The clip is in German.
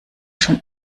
schon